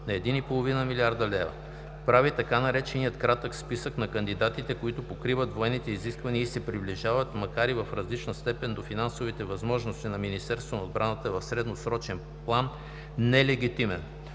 на 1,5 млрд. лв. прави така наречения „кратък списък“ (Short list) на кандидатите, които покриват военните изисквания и се приближават, макар и в различна степен, до финансовите възможности на Министерството на отбраната в средносрочен план нелегитимен.